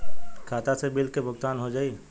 खाता से बिल के भुगतान हो जाई?